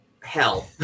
hell